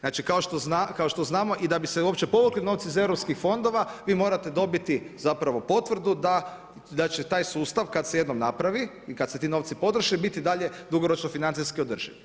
Znači, kao što znamo i da bi se uopće povukli novci iz europskih fondova, vi morate dobiti zapravo potvrdu da će taj sustav kad se jednom napravi i kad se ti novci potroše biti dalje, dugoročno financijski održivo.